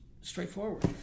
straightforward